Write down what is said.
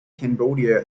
cambodia